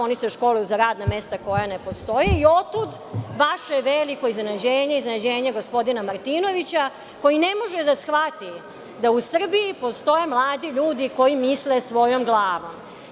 Oni se školuju za radna mesta koja ne postoje i otud vaše veliko iznenađenje, iznenađenje gospodina Martinovića koji ne može da shvati da u Srbiji postoje mladi ljudi koji misle svojom glavom.